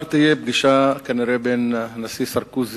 מחר תהיה כנראה פגישה בין הנשיא סרקוזי,